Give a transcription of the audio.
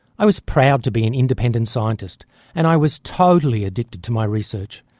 i was proud to be an independent scientist and i was totally addicted to my research,